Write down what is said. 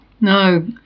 No